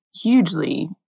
hugely